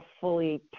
fully